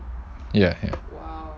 ya ya